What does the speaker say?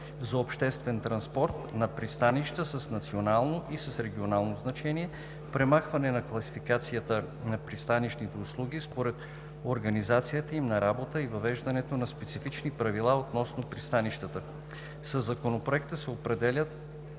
за обществен транспорт на пристанища с национално и с регионално значение, премахване на класификацията на пристанищните услуги според организацията им на работа, и въвеждане на специфични правила относно пристанищата. Със Законопроекта се определят